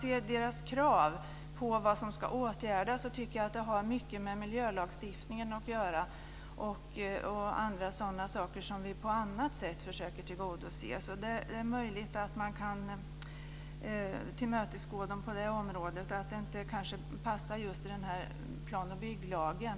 Förbundets krav på åtgärder har mycket att göra med miljölagstiftningen och med sådant som vi försöker tillgodose på annat sätt. Det är möjligt att man kan tillmötesgå förbundet på sådan väg. Det passar kanske inte in just i plan och bygglagen.